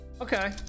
Okay